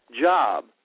job